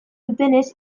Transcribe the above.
dutenez